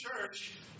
church